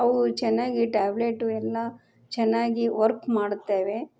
ಅವು ಚೆನ್ನಾಗಿ ಟ್ಯಾಬ್ಲೇಟು ಎಲ್ಲ ಚೆನ್ನಾಗಿ ವರ್ಕ್ ಮಾಡುತ್ತವೆ